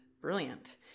Brilliant